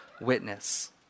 witness